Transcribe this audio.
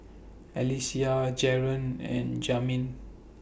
Alysia Jaron and Jamin